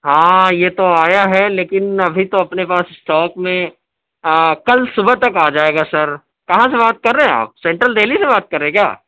ہاں یہ تو آیا ہے لیکن ابھی تو اپنے پاس اسٹاک میں کل صبح تک آ جائے گا سر کہاں سے بات کر رے آپ سنٹرل دہلی سے بات کر رے کیا